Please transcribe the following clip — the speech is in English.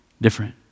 different